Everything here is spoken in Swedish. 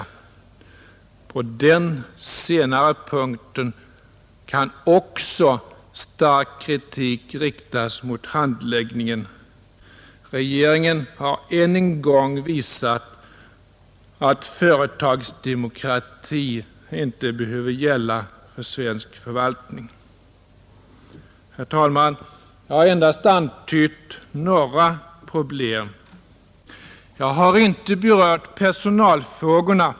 Även på den senare punkten kan stark kritik riktas mot handläggningen. Regeringen har än en gång visat att företagsdemokrati inte behöver gälla för svensk förvaltning. Herr talman! Jag har endast antytt några problem, Jag har inte berört personalfrågorna.